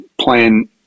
playing